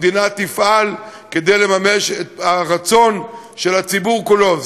המדינה תפעל כדי לממש את הרצון של הציבור כולו.